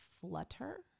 flutter